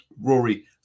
rory